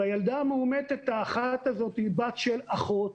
והילדה הזו היא בת של אחות,